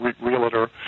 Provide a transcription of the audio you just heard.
realtor